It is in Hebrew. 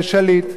אני מעדיף